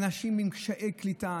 אנשים עם קשיי קליטה.